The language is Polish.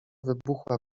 wybuchła